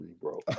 bro